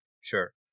sure